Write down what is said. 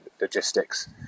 logistics